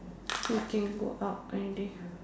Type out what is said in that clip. we can go out already